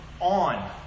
on